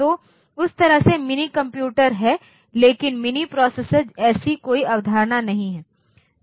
तो उस तरह से मिनीकंप्यूटर हैं लेकिन मिनी प्रोसेसर ऐसी कोई अवधारणा नहीं है